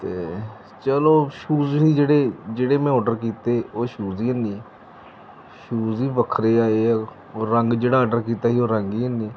ਤੇ ਚਲੋ ਸ਼ੂਜ ਸੀ ਜਿਹੜੇ ਜਿਹੜੇ ਮੈਂ ਆਰਡਰ ਕੀਤੇ ਉਹ ਸ਼ੂਜ ਈ ਹੈ ਨੀ ਸ਼ੂਜ ਵੀ ਵੱਖਰੇ ਆਏ ਆ ਉਹ ਰੰਗ ਜਿਹੜਾ ਆਰਡਰ ਕੀਤਾ ਸੀ ਉਹ ਰੰਗ ਹੀ ਹੈ ਨੀ